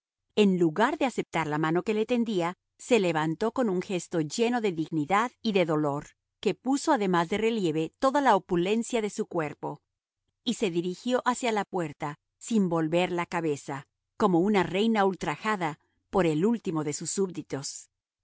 en lugar de aceptar la mano que le tendía se levantó con un gesto lleno de dignidad y de dolor que puso además de relieve toda la opulencia de su cuerpo y se dirigió hacia la puerta sin volver la cabeza como una reina ultrajada por el último de sus súbditos